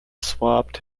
swapped